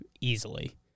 easily